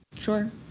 Sure